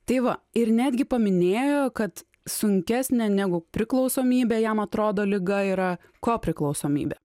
tai va ir netgi paminėjo kad sunkesnė negu priklausomybė jam atrodo liga yra kopriklausomybė